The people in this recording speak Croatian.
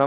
se ne